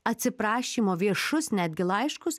atsiprašymo viešus netgi laiškus